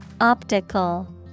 Optical